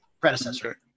predecessor